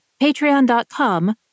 patreon.com